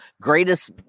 greatest